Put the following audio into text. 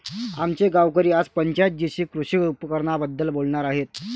आमचे गावकरी आज पंचायत जीशी कृषी उपकरणांबद्दल बोलणार आहेत